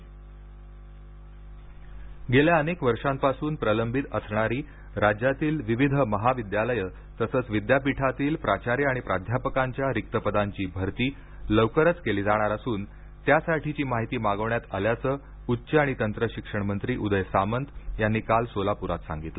सोलापर सामंत गेल्या अनेक वर्षांपासून प्रलंबित असणारी राज्यातील विविध महाविद्यालयं तसंच विद्यापीठांतील प्राचार्य आणि प्राध्यापकांच्या रिक्त पदांची भरती लवकरच केली जाणार असून त्यासाठीची माहिती मागविण्यात आल्याचं उच्च आणि तंत्रशिक्षणमंत्री उदय सामंत यांनी काल सोलापुरात सांगितलं